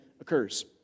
occurs